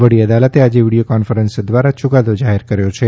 વડી અદાલતે આજે વીડિયો કોન્ફરન્સ દ્વારા ચૂકાદો જાહેર કર્યો છે